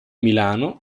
milano